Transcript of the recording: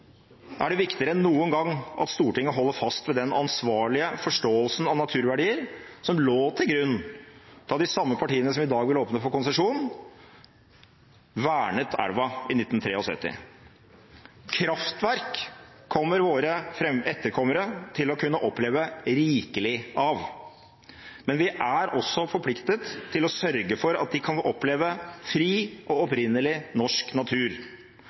er det viktigere enn noen gang at Stortinget holder fast ved den ansvarlige forståelsen av naturverdier som lå til grunn da de samme partiene som i dag vil åpne for konsesjon, vernet elva i 1973. Kraftverk kommer våre etterkommere til å kunne oppleve rikelig av, men vi er også forpliktet til å sørge for at de kan få oppleve fri og opprinnelig norsk natur.